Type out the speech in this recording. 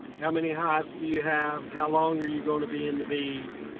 how many hives do you have, how long are you going to be in the bees?